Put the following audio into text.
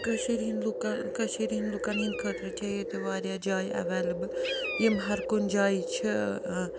کٔشیٖر ہِنٛدۍ لُکَہ کٔشیٖر ہِنٛدۍ لُکَن ہِنٛدۍ خٲطرٕ چھےٚ ییٚتہِ واریاہ جایہِ اٮ۪وٮ۪لیبٕل یِم ہر کُنہِ جایہِ چھِ